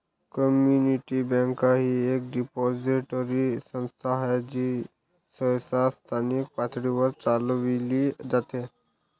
community bank ही एक depository संस्था आहे जी सहसा स्थानिक पातळीवर चालविली जाते